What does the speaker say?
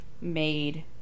made